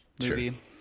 movie